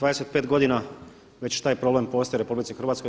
25 godina već taj problem postoji u RH.